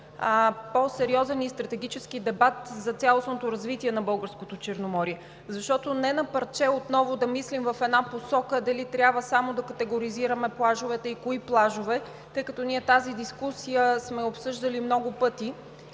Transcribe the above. по-сериозен и стратегически дебат за цялостното развитие на българското Черноморие, защото не на парче отново да мислим в една посока дали трябва само да категоризираме плажовете и кои плажове, тъй като ние тази дискусия сме я обсъждали много пъти,